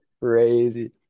Crazy